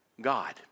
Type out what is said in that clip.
God